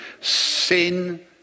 sin